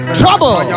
trouble